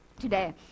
today